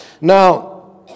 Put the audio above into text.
Now